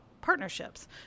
Partnerships